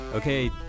Okay